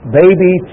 baby